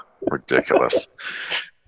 Ridiculous